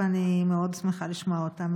ואני מאוד שמחה לשמוע אותה,